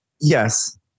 Yes